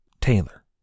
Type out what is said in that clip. Taylor